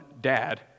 dad